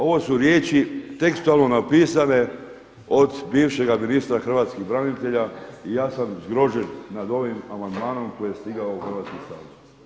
Ovo su riječi tekstualno napisane od bivšega ministra hrvatskih branitelja i ja sam zgrožen nad ovim amandmanom koji je stigao u Hrvatski sabor.